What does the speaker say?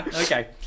Okay